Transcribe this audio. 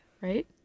right